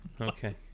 Okay